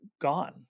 gone